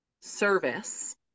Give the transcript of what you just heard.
service